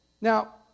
Now